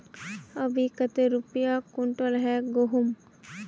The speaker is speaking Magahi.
अभी कते रुपया कुंटल है गहुम?